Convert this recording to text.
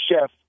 chef